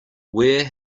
where